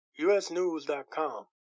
USnews.com